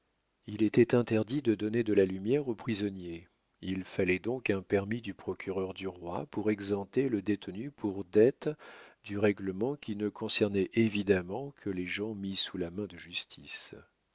il était interdit de donner de la lumière aux prisonniers il fallait donc un permis du procureur du roi pour exempter le détenu pour dettes du règlement qui ne concernait évidemment que les gens mis sous la main de justice